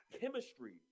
Chemistry